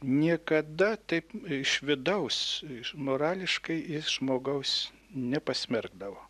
niekada taip iš vidaus morališkai jis žmogaus nepasmerkdavo